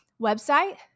website